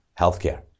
healthcare